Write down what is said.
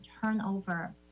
turnover